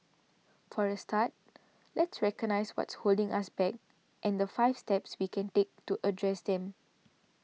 for a start let's recognise what's holding us back and the five steps we can take to address them